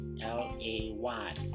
L-A-Y